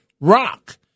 Rock